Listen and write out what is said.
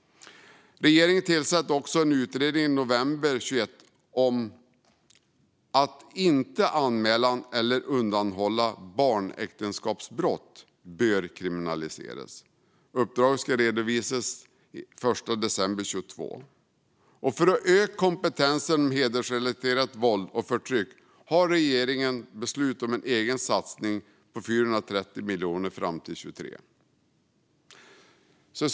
Regeringen tillsatte också en utredning i november 2021 om att det bör kriminaliseras att inte anmäla eller att undanhålla barnäktenskapsbrott. Uppdraget ska redovisas den 1 december 2022. För att öka kompetensen om hedersrelaterat våld och förtryck har regeringen beslutat om en egen satsning på 430 miljoner fram till 2023.